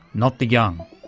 not the young.